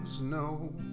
no